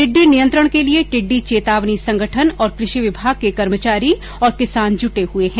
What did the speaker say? टिड्डी नियंत्रण के लिए टिड्डी चेतावनी संगठन और कृषि विभाग के कर्मचारी और किसान जुटे हुए है